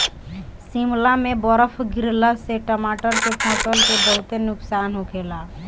शिमला में बरफ गिरला से टमाटर के फसल के बहुते नुकसान होखेला